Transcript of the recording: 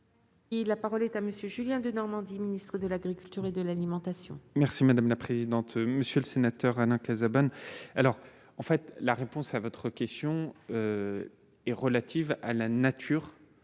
la parole est à monsieur Julien Denormandie, ministre de l'Agriculture et de l'alimentation. Merci madame la présidente, monsieur le sénateur Alain Cazabonne alors en fait la réponse à votre question est relative à la nature de